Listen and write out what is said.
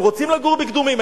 הם רוצים לגור בקדומים,